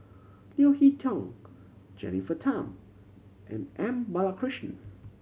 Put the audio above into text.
Leo Hee Tong Jennifer Tham and M Balakrishnan